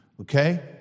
Okay